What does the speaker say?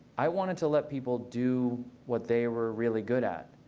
i wanted to let people do what they were really good at.